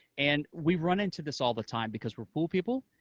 and we run into this all the time because we're pool people,